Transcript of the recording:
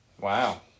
Wow